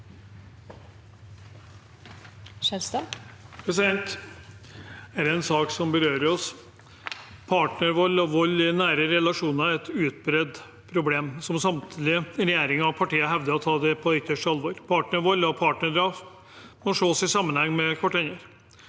Dette er en sak som berører oss. Partnervold og vold i nære relasjoner er et utbredt problem som samtlige regjeringer og partier hevder å ta på ytterste alvor. Partnervold og partnerdrap må ses i sammenheng med hverandre.